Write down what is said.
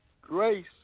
Grace